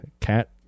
Cat